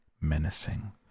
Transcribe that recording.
menacing